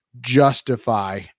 justify